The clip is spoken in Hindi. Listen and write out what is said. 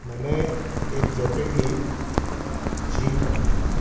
मैंने एक जैकेट ली झील कंपनी की